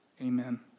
Amen